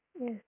Yes